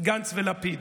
גנץ ולפיד.